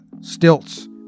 stilts